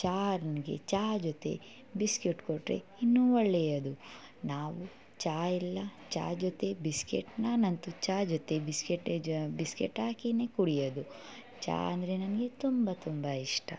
ಚಹ ನನಗೆ ಚಹ ಜೊತೆ ಬಿಸ್ಕೆಟ್ ಕೊಟ್ರೆ ಇನ್ನೂ ಒಳ್ಳೆಯದು ನಾವು ಚಹ ಇಲ್ಲ ಚಹ ಜೊತೆ ಬಿಸ್ಕೆಟ್ನ ನಾನು ಅಂತು ಚಹ ಜೊತೆ ಬಿಸ್ಕೆಟೆ ಬಿಸ್ಕೆಟ್ ಹಾಕಿಯೇ ಕುಡಿಯೋದು ಚಹ ಅಂದರೆ ನನಗೆ ತುಂಬ ತುಂಬ ಇಷ್ಟ